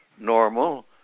normal